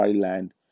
land